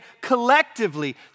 collectively